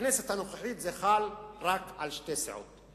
בכנסת הנוכחית זה חל רק על שתי סיעות.